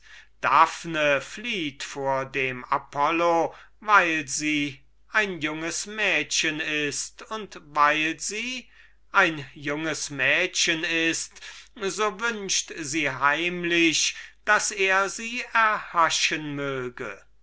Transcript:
flieht vor dem apollo weil sie ein junges mädchen ist und weil sie ein junges mädchen ist so wünscht sie heimlich daß er sie erhaschen möge